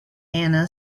ana